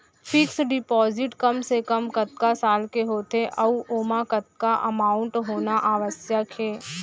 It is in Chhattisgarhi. फिक्स डिपोजिट कम से कम कतका साल के होथे ऊ ओमा कतका अमाउंट होना आवश्यक हे?